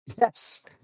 Yes